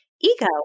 ego